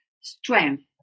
strength